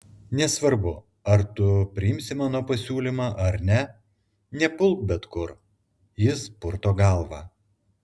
nesvarbu ar tu priimsi mano pasiūlymą ar ne nepulk bet kur jis purto galvą